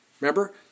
Remember